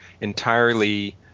entirely